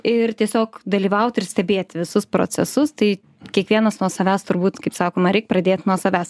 ir tiesiog dalyvauti ir stebėt visus procesus tai kiekvienas nuo savęs turbūt kaip sakoma reik pradėt nuo savęs